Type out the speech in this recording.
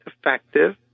effective